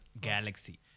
Galaxy